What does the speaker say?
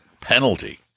penalty